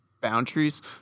boundaries